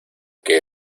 que